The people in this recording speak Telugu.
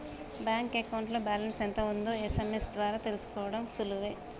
బ్యాంక్ అకౌంట్లో బ్యాలెన్స్ ఎంత ఉందో ఎస్.ఎం.ఎస్ ద్వారా తెలుసుకోడం సులువే